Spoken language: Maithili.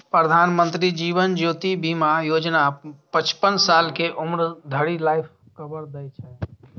प्रधानमंत्री जीवन ज्योति बीमा योजना पचपन साल के उम्र धरि लाइफ कवर दै छै